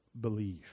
believe